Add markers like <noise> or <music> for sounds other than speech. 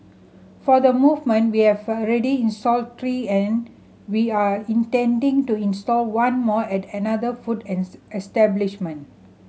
for the movement we have already installed three and we are intending to install one more at another food <unintelligible> establishment